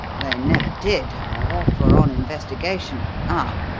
they never did, however, for on investigation ah,